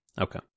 Okay